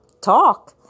talk